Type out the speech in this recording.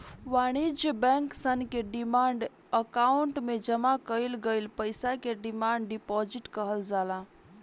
वाणिज्य बैंक सन के डिमांड अकाउंट में जामा कईल गईल पईसा के डिमांड डिपॉजिट कहल जाला